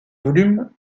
volume